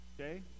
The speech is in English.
okay